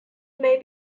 may